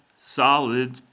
solid